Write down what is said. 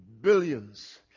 billions